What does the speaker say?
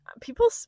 people